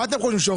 מה אתם חושבים,